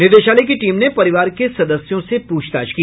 निदेशालय की टीम ने परिवार के सदस्यों से पूछताछ की